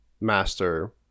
master